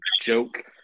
joke